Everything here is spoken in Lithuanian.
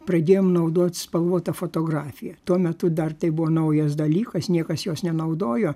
pradėjom naudot spalvotą fotografiją tuo metu dar tai buvo naujas dalykas niekas jos nenaudojo